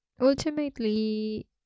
Ultimately